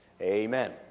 Amen